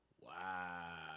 Wow